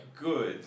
good